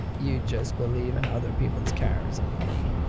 you just believe in other people's cars and money.